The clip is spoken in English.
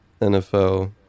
NFL